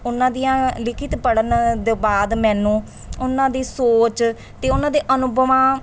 ਉਹਨਾਂ ਦੀਆਂ ਲਿਖਿਤ ਪੜ੍ਹਨ ਦੇ ਬਾਅਦ ਮੈਨੂੰ ਉਹਨਾਂ ਦੀ ਸੋਚ ਅਤੇ ਉਹਨਾਂ ਦੇ ਅਨੁਭਵਾਂ